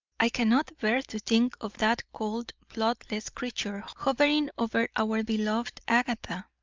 i cannot bear to think of that cold, bloodless creature hovering over our beloved agatha.